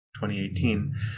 2018